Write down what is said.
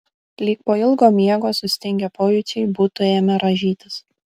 lyg po ilgo miego sustingę pojūčiai būtų ėmę rąžytis